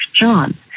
john